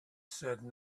said